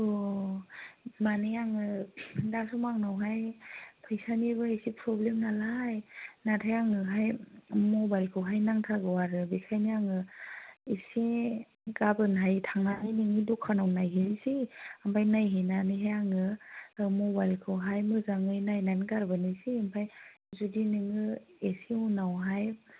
अ माने आङो दाथ' आंनावहाय फैसानिबो एसे प्रब्लेम नालाय नाथाय आंनोहाय मबाइलखौहाय नांथारगौ आरो बेखायनो आङो एसे गामोनहाय थांनानै नोंनि दखानाव नायहैनोसै ओमफ्राय नायहैनानैहाय आङो मबाइलखौहाय मोजाङै नायनानै गारबोनोसै ओमफ्राय जुदि नोङो एसे उनावहाय